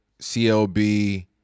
CLB